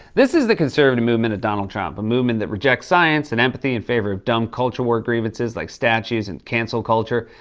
this is the conservative movement of donald trump, a movement that rejects science and empathy in favor of dumb culture war grievances like statues and cancel culture.